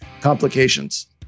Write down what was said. complications